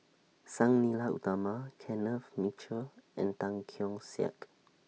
Sang Nila Utama Kenneth Mitchell and Tan Keong Saik